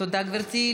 תודה גברתי.